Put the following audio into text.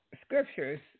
scriptures